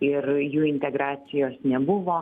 ir jų integracijos nebuvo